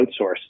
outsource